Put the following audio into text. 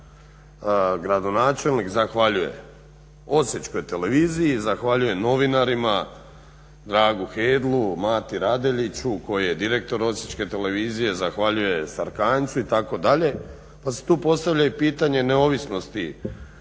gradonačelnik zahvaljuje osječkoj televiziji, zahvaljuje novinarima, Dragu Hedlu, Mati Radeljiću koji je direktor Osječke televizije, zahvaljuje Sarkanjcu itd… Pa se tu postavlja i pitanje neovisnosti